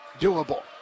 doable